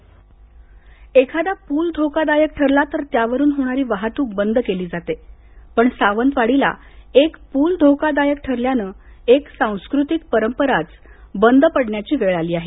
केशवसुत कट्टा एखादा पूल धोदायक ठरला तर त्यावरून होणारी वाहतूक बंद केली जाते पण सावंतवाडीतला एक पूल धोकादायक ठरल्यानं एक सांस्कृतिक परंपराच बंद पडण्याची वेळ आली आहे